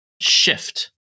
shift